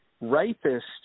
rapist –